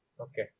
okay